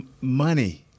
money